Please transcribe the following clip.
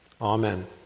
Amen